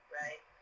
right